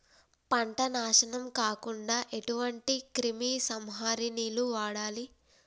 పంట నాశనం కాకుండా ఎటువంటి క్రిమి సంహారిణిలు వాడాలి?